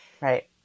Right